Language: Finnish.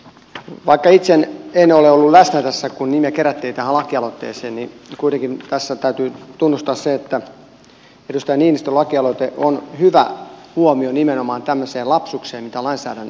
vaikka itse en ole ollut läsnä tässä kun nimiä kerättiin tähän lakialoitteeseen niin kuitenkin tässä täytyy tunnustaa se että edustaja niinistön lakialoite on hyvä huomio nimenomaan tämmöiseen lapsukseen mitä lainsäädännössä on tullut